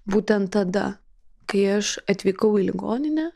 būtent tada kai aš atvykau į ligoninę